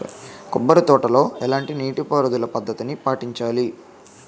కొబ్బరి తోటలో ఎలాంటి నీటి పారుదల పద్ధతిని పాటించాలి?